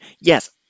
yes